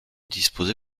disposé